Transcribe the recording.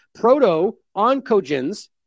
proto-oncogens